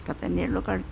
അത്ര തന്നെയുള്ളൂ കളി